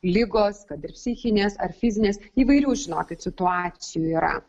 ligos kad ir psichinės ar fizinės įvairių žinokit situacijų yra